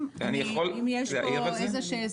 אני יכול להעיר על זה?